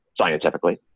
scientifically